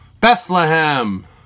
Bethlehem